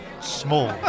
small